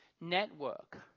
network